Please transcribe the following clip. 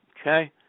Okay